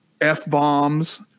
F-bombs